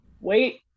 wait